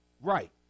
Right